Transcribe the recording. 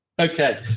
Okay